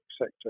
sector